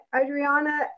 Adriana